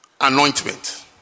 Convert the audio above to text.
anointment